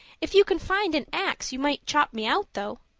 if you can find an axe you might chop me out, though.